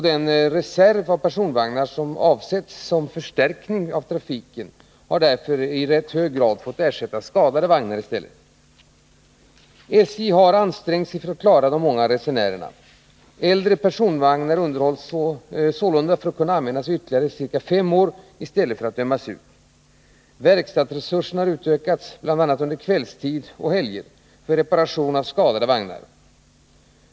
Den personvagnsreserv som varit avsedd som trafikförstärkning har därför i mycket stor utsträckning fått ersätta skadade vagnar. nar underhålls sålunda för att kunna användas ytterligare ca fem år i stället för att dömas ut. Verkstadsresurserna har utökats, bl.a. under kvällstid och vid veckoskiftena, för reparation av skadade vagnar.